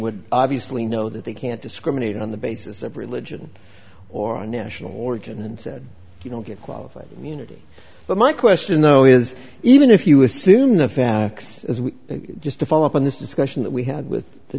would obviously know that they can't discriminate on the basis of religion or national origin and said you know get qualified immunity but my question though is even if you assume the facts as we just to follow up on this discussion that we had with the